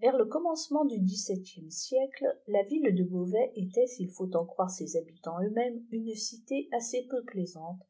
vers le commencement du dix sepv tièmîe siècle la ville de beauvais était s'il faut en croire seshà bilants eux-mêmes une cilc assez peu plaisante